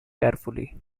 carefully